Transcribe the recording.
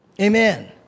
Amen